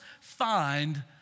find